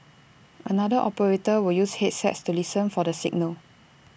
another operator will use headsets to listen for the signal